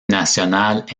nationale